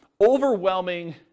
overwhelming